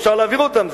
אפשר להעביר אותם,